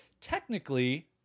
technically